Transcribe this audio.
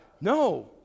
No